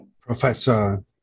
Professor